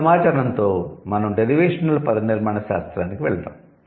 ఈ సమాచారంతో మనం డెరివేషనల్ పదనిర్మాణ శాస్త్రానికి వెళ్దాము